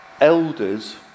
elders